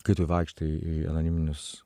kai tu vaikštai į anoniminius